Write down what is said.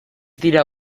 dira